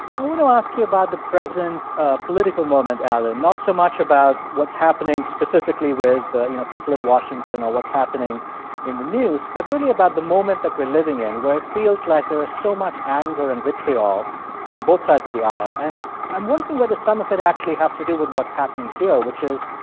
i want to ask you about the present ah political moment, alan not so much about what's happening specifically with, you know, people in washington or what's happening in the news but really about the moment that we're living in where it feels like there is so much anger and vitriol on both sides of the aisle. and i'm wondering whether some of it actually has to do with what's happening here, which is,